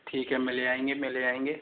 ठीक है मिल आएंगे मिल आएंगे